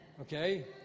Okay